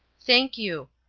thank you,